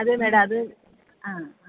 അത് മേഡം അത് ആ ആ